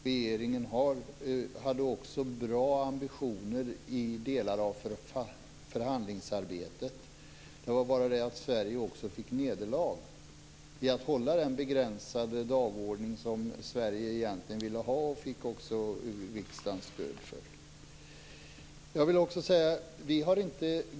Regeringen hade också goda ambitioner i delar av förhandlingsarbetet. Det var bara det att Sverige led ett nederlag när det gällde att bibehålla den begränsade dagordning som Sverige ville ha och fick riksdagens stöd för.